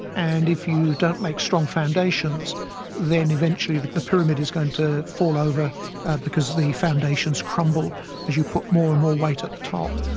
and if you don't make strong foundations then eventually the the pyramid is going to fall over because the foundations crumble as you put more and more weight at the top.